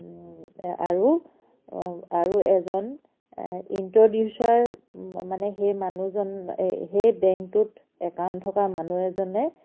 আৰু আৰু এজন ইণ্ট্ৰডিউচাৰ মানে সেই মানুহজন সেই বেংকটোত একাউণ্ট থকা মানুহ এজনে